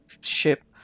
ship